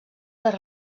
les